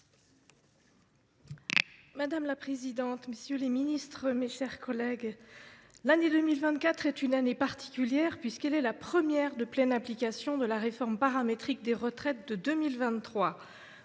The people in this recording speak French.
Madame la présidente, messieurs les ministres, mes chers collègues, 2024 est une année particulière, puisqu’elle est la première année de pleine application de la réforme paramétrique des retraites de 2023,